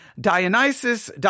Dionysus